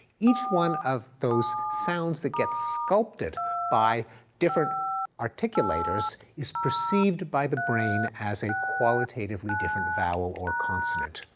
each one of those sounds that gets sculpted by different articulators is perceived by the brain as a qualitatively different vowel or consonant.